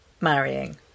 marrying